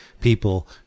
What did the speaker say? people